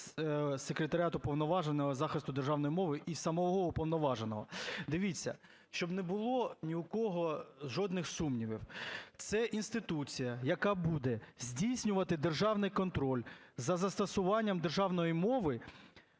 секретаріат Уповноваженого із захисту державної мови і самого уповноваженого. Дивіться, щоб не було ні в кого жодних сумнівів, це інституція, яка буде здійснювати державний контроль за застосуванням державної мови